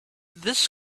this